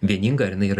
vieningai ar jinai ir